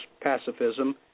pacifism